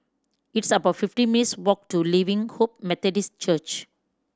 it's about fifteen minutes' walk to Living Hope Methodist Church